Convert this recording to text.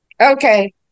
Okay